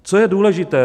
Co je důležité?